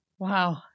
Wow